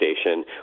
station